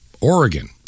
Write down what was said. Oregon